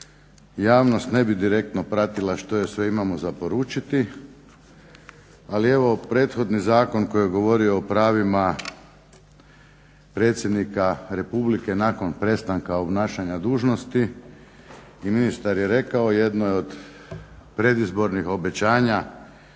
javnost ne bi direktno pratila što joj sve imamo za poručiti, ali evo prethodni zakon koji je govorio o pravima predsjednika Republike nakon prestanka obnašanja dužnosti i ministar je rekao jedno je od predizbornih obećanja